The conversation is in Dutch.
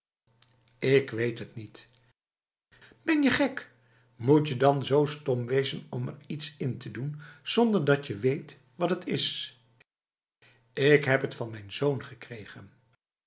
ik weet het niet ben je gek moetje dan zo stom wezen om er iets in te doen zonder datje weet wat het is ik heb het van mijn zoon gekregen